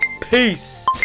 Peace